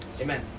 amen